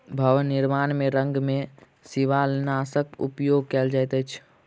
भवन निर्माण में रंग में शिवालनाशक उपयोग कयल जाइत अछि